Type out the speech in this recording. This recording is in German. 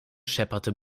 schepperte